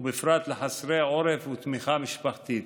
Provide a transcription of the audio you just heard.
ובפרט לחסרי עורף ותמיכה משפחתית.